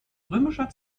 römischer